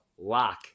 lock